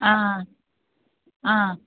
ആ ആ